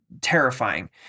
terrifying